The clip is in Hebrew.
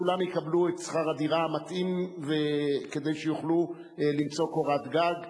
וכולם יקבלו את שכר הדירה המתאים כדי שיוכלו למצוא קורת גג.